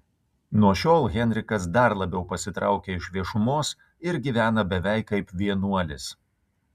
nuo šiol henrikas dar labiau pasitraukia iš viešumos ir gyvena beveik kaip vienuolis